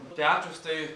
pečius tai